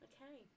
Okay